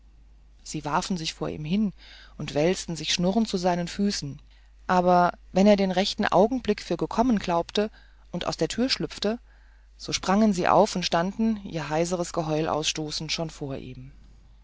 sie warfen sich auch vor ihm hin und wälzten sich schnurrend zu seinen füßen aber wenn er den rechten augenblick gekommen glaubte und aus der tür schlüpfte so sprangen sie auf und standen ihr heiseres geheul ausstoßend vor ihm